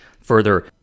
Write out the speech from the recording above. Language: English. further